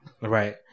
Right